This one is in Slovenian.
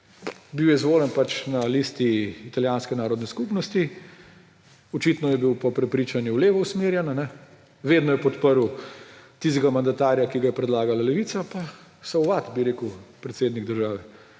Bil je izvoljen pač na listi italijanske narodne skupnosti, očitno je bil po prepričanju levo usmerjen, vedno je podprl tistega mandatarja, ki ga je predlagala levica. »So what,« bi rekel predsednik države.